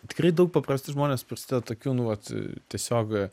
tikrai daug paprasti žmonės prisideda tokiu nu vat tiesiog